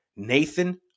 Nathan